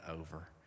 over